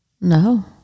No